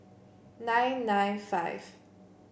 nine nine five